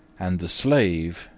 and the slave,